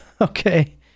Okay